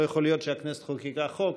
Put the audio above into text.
לא יכול להיות שהכנסת חוקקה חוק,